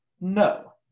No